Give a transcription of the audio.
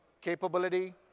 capability